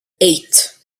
eight